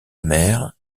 mère